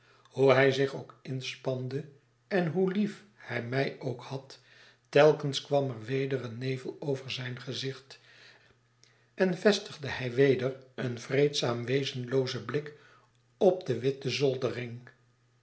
hoe hij zich ook inspande en hoe lief hij mij ook had telkens kwam er weder een nevel over zijn gezicht en vestigde hij weder een vreedzaam wezenloozen blik op de witte zoldering